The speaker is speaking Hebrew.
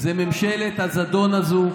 זה ממשלת הזדון הזו,